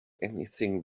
anything